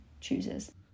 chooses